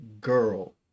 girl